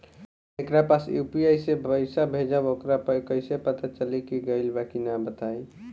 जेकरा पास यू.पी.आई से पईसा भेजब वोकरा कईसे पता चली कि गइल की ना बताई?